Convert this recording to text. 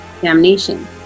damnation